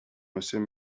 monsieur